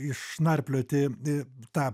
išnarplioti tą